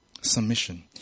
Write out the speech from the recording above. Submission